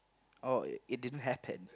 oh it didn't happen